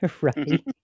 Right